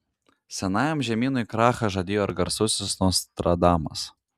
senajam žemynui krachą žadėjo ir garsusis nostradamas